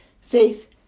faith